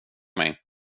mig